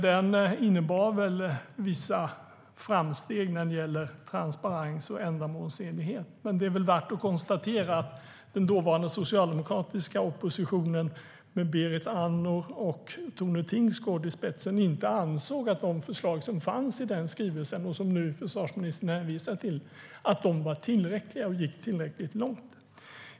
Den innebar väl vissa framsteg när det gäller transparens och ändamålsenlighet, men det är värt att konstatera att den dåvarande socialdemokratiska oppositionen med Berit Andnor och Tone Tingsgård i spetsen inte ansåg att de förslag som fanns i skrivelsen - samma som försvarsministern nu hänvisar till - var tillräckliga och gick tillräckligt långt.